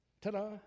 Ta-da